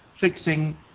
fixing